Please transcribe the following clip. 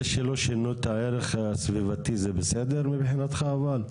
זה שלא שינו את הערך הסביבתי זה בסדר מבחינתך אבל?